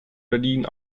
berlin